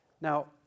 Now